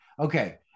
Okay